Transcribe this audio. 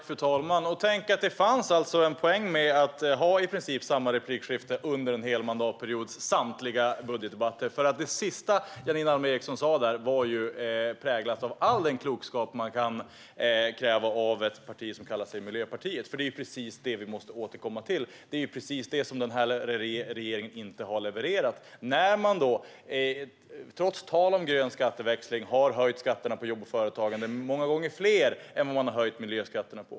Fru talman! Tänk att det alltså fanns en poäng med att ha i princip samma replikskifte under en hel mandatperiods samtliga budgetdebatter! Det sista som Janine Alm Ericson sa här var ju präglat av all den klokskap man kan kräva av ett parti som kallar sig Miljöpartiet. Men det är precis det som den här regeringen inte har levererat. Trots tal om grön skatteväxling har man höjt skatterna på jobb och företagande många fler gånger än vad man har höjt miljöskatterna.